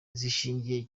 zishingiye